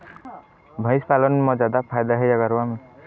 भंइस पालन म जादा फायदा हे या गरवा में?